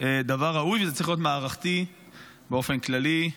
דבר ראוי, וזה צריך להיות מערכתי באופן כללי,